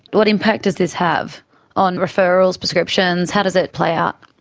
what impact does this have on referrals, prescriptions? how does it play out?